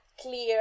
clear